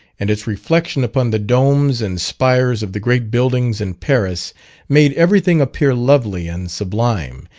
and its reflection upon the domes and spires of the great buildings in paris made everything appear lovely and sublime,